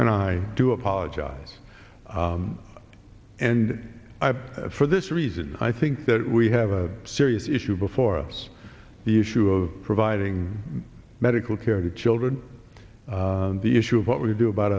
and i do apologize and i for this reason i think that we have a serious issue before us the issue of providing medical care to children the issue of what we do about